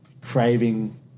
craving